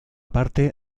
parte